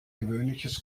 gewöhnliches